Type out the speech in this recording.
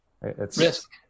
Risk